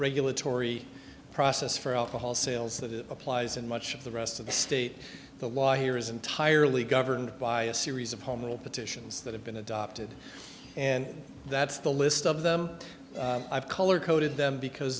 regulatory process for alcohol sales that applies in much of the rest of the state the law here is entirely governed by a series of home rule petitions that have been adopted and that's the list of them i've color coded them because